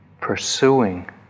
pursuing